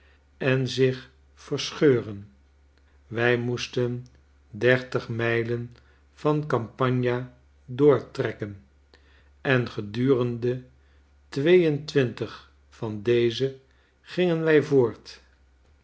en zich verscheuren wij moesten dertig mijlen van die oampagna doortrekken en gedurende twee en twintig van deze gingen wij voort